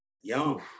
Young